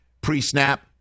pre-snap